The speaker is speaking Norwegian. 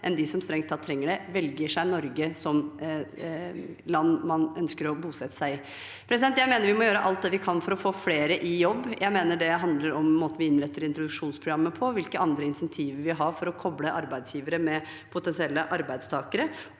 enn de som strengt tatt trenger det, velger seg Norge som land man ønsker å bosette seg i. Vi må gjøre alt vi kan for å få flere i jobb, og det handler om måten vi innretter introduksjonsprogrammet på, og hvilke andre insentiver vi har for å koble arbeidsgivere med potensielle arbeidstakere.